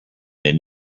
and